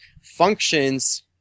functions